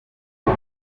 ngo